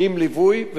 ואחר כך מחזירים,